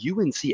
UNC